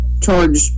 charge